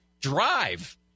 drive